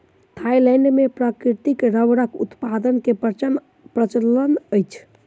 Thailand मे प्राकृतिक रबड़क उत्पादन के प्रचलन अछि